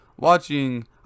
watching